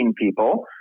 people